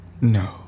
No